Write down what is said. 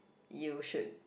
you should